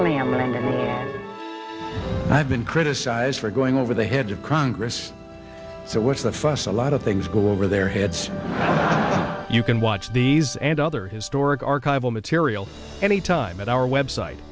language i've been criticized for going over the heads of congress so what's the fuss a lot of things go over their heads you can watch these and other historic archival material anytime at our web site